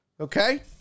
Okay